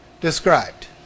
described